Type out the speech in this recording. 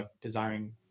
desiring